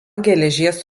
geležies